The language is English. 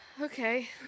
Okay